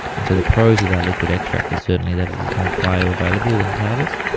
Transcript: and so the pros with our liquid extract are certainly that it is more bioavailable than powders,